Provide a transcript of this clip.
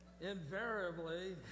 invariably